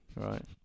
right